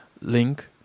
link